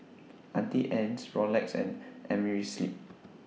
Auntie Anne's Rolex and Amerisleep